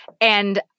and-